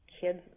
kids